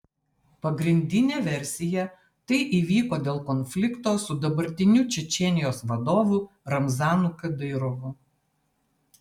pagrindinė versija tai įvyko dėl konflikto su dabartiniu čečėnijos vadovu ramzanu kadyrovu